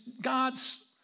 God's